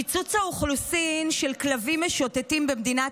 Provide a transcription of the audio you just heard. פיצוץ האוכלוסין של כלבים משוטטים במדינת